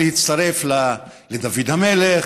הגחמה היא להצטרף לדוד המלך,